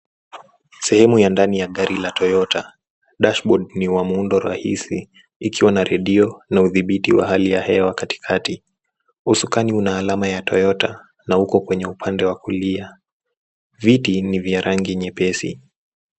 Sehemu ya ndani ya gari la Toyota, dashboard ni wa muundo rahisi, ikiwa na redio na udhibiti wa hali ya hewa katikati. Usukani una alama ya Toyota na uko kwenye upande wa kulia. Viti ni vya rangi nyepesi.